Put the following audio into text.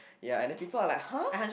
ya and then people are like !huh!